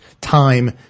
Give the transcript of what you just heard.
time